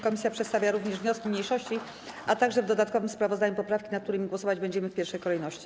Komisja przedstawia również wnioski mniejszości, a także - w dodatkowym sprawozdaniu - poprawki, nad którymi głosować będziemy w pierwszej kolejności.